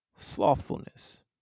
slothfulness